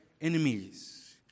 enemies